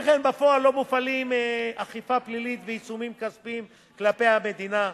שכן בפועל לא מופעלים אכיפה פלילית ועיצומים כספיים כלפי המדינה.